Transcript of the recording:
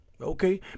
Okay